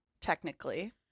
technically